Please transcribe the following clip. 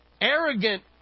arrogant